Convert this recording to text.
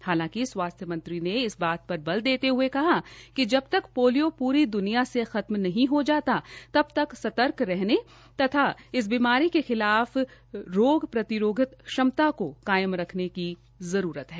हालांकि स्वास्थ्य मंत्री ने बात पर बल देते ह्ये कहा कि जब तक पोलियो पूरी दुनिया से खत्म नहीं हो जाता तब सर्तक रहने तथा बीमारी के खिलाफ रोग प्रतिरोधक क्षमता को कायम रखने की जरूरत है